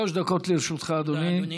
שלוש דקות לרשותך, אדוני.